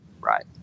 right